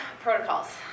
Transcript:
protocols